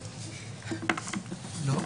לא.